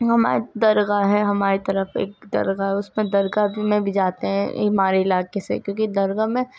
ہماری درگاہ ہے ہماری طرف ایک درگاہ ہے اس میں درگاہ بھی میں جاتے ہیں ہمارے علاکے سے کیونکہ درگاہ میں